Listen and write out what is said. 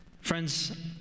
Friends